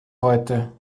heute